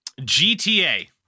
GTA